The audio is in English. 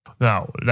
Now